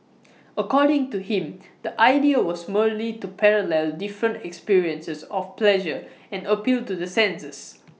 according to him the idea was merely to parallel different experiences of pleasure and appeal to the senses